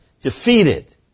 defeated